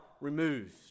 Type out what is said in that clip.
removed